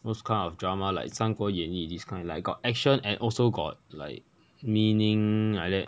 watch some kind of drama like 三国演义 this kind like got action and also got like meaning like that